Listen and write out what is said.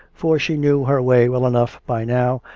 for she knew her way well enough by now,